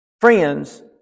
friends